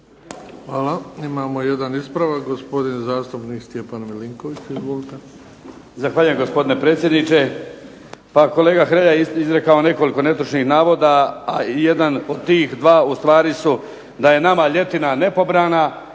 Hvala. Imamo jedan ispravak, gospodin zastupnik Stjepan Milinković. Izvolite.